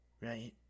right